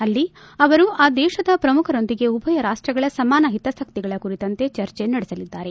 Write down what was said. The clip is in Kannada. ಅಲ್ಲಿ ಅವರು ಆ ದೇಶದ ಪ್ರಮುಖರೊಂದಿಗೆ ಉಭಯ ರಾಷ್ಟಗಳ ಸಮಾನ ಹಿತಾಸಕ್ತಿಗಳ ಕುರಿತಂತೆ ಚರ್ಜೆ ನಡೆಸಲಿದ್ದಾರೆ